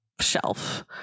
shelf